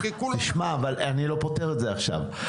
תשמע אבל אני לא פותר את זה עכשיו,